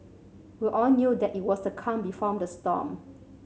we all knew that it was the calm before the storm